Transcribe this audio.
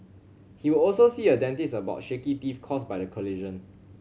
he will also see a dentist about shaky teeth caused by the collision